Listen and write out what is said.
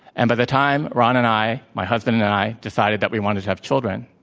and by the time ron and i, my husband and i, decided that we wanted to have children,